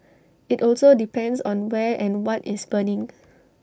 IT also depends on where and what is burning